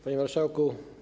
Panie Marszałku!